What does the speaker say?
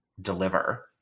deliver